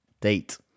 date